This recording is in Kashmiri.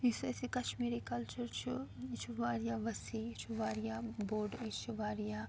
یُس اسہِ یہِ کَشمیٖری کَلچَر چھُ یہِ چھُ واریاہ وسیع یہِ چھُ واریاہ بوٚڑ أسۍ چھِ واریاہ